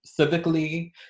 civically